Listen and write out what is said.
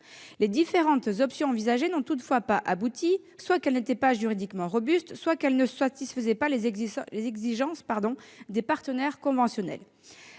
Les différentes options envisagées n'ont toutefois pas abouti, soit qu'elles n'étaient pas juridiquement robustes, soit qu'elles ne satisfaisaient pas les exigences des partenaires conventionnels.